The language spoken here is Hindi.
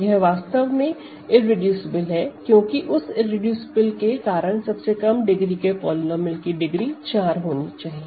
वह वास्तव में इररेडूसिबल है क्योंकि उस इररेडूसिबल के कारण सबसे कम डिग्री के पॉलीनोमिअल की डिग्री 4 होनी चाहिए